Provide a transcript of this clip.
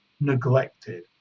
neglected